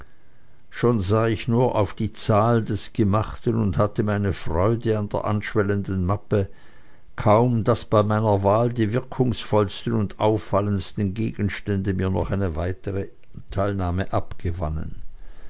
schon sah ich nur auf die zahl des gemachten und hatte meine freude an der anschwellenden mappe kaum daß bei meiner wahl die wirkungsvollsten und auffallendsten gegenstände mir noch eine weitere teilnahme abgewannen